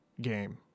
game